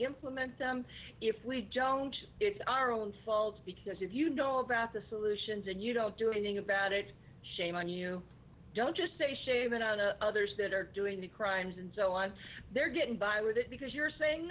implement them if we don't it's our own fault because if you know about the solutions and you don't do anything about it shame on you don't just say shame it out to others that are doing the crimes and so on they're getting by with it because you're saying